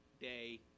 day